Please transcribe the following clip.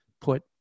put